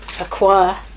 acquire